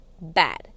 bad